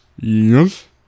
yes